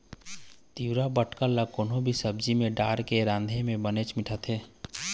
तिंवरा बटकर ल कोनो भी सब्जी म डारके राँधे म बनेच मिठाथे